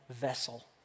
vessel